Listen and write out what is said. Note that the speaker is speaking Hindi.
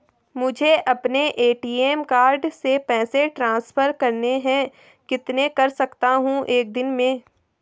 मुझे अपने ए.टी.एम कार्ड से पैसे ट्रांसफर करने हैं कितने कर सकता हूँ एक दिन में?